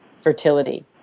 fertility